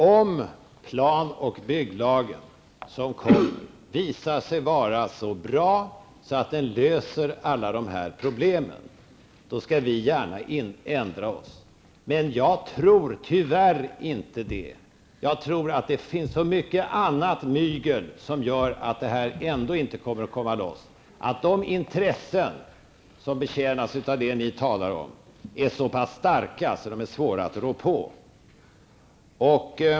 Herr talman! Om den plan och bygglag som kommer visar sig vara så bra att den löser alla dessa problem, då skall vi gärna ändra oss i fråga om prismärkningen. Jag tror tyvärr inte att detta blir fallet. Det förekommer nog så mycket mygel att det hela ändå inte kommer att fungera. De intressen som betjänas av det ni talar om är så starka att de är svåra att rå på.